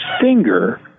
finger